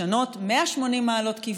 לשנות כיוון ב-180 מעלות,